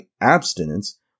abstinence